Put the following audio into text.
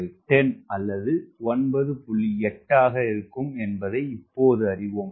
8 ஆக இருக்கும் என்பதை இப்போது அறிவோம்